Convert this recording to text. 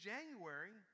January